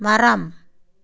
மரம்